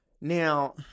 Now